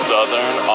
Southern